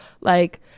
like-